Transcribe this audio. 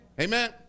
Amen